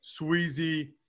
Sweezy